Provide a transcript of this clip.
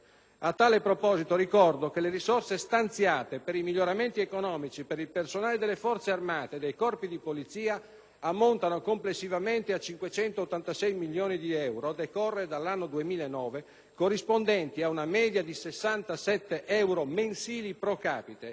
A tale proposito, ricordo che le risorse stanziate per i miglioramenti economici per il personale delle Forze armate e dei corpi di polizia ammontano complessivamente a 586 milioni di euro a decorrere dall'anno 2009, corrispondenti ad una media di 67 euro mensili *pro capite*,